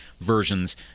versions